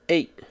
Eight